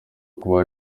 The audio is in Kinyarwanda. kuba